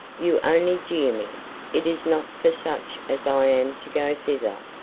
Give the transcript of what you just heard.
you only jeer me it is not for such as i am to go thither.